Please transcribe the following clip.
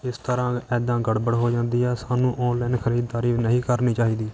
ਇਸ ਤਰ੍ਹਾਂ ਇੱਦਾਂ ਗੜਬੜ ਹੋ ਜਾਂਦੀ ਹੈ ਸਾਨੂੰ ਔਨਲਾਈਨ ਖਰੀਦਦਾਰੀ ਨਹੀਂ ਕਰਨੀ ਚਾਹੀਦੀ